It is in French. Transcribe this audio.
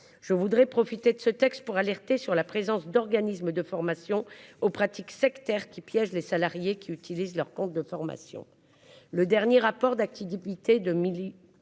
Je voudrais profiter de ce texte pour alerter sur la présence d'organismes de formation aux pratiques sectaires qui piège les salariés qui utilisent leur compte de formation. Le dernier rapport d'activité de Milly